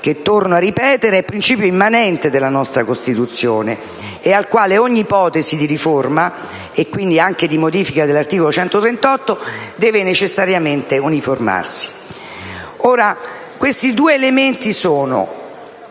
che - ripeto - è principio immanente della nostra Costituzione e al quale ogni ipotesi di riforma, e anche di modifica dell'articolo 138, deve necessariamente uniformarsi. I due elementi messi